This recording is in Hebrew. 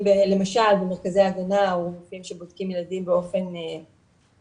למשל במרכזי הגנה או רופאים שבודקים ילדים באופן יותר